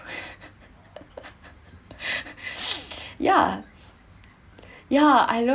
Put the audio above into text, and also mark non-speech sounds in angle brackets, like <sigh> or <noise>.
<laughs> ya ya I love